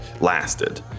lasted